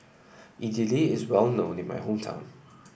Idili is well known in my hometown